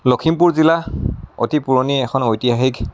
লখিমপুৰ জিলা অতি পুৰণি এখন ঐতিহাসিক